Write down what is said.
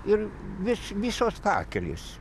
ir vis visos pakelės